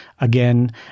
Again